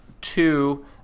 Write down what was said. two